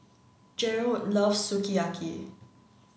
Gerold loves Sukiyaki